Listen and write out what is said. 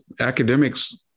academics